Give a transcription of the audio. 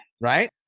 Right